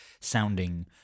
sounding